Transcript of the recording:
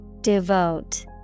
Devote